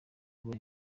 kuba